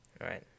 Right